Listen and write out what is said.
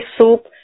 soup